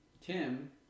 Tim